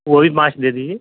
وہ بھی پانچ دے دیجئے